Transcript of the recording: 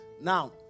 Now